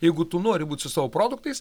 jeigu tu nori būt su savo produktais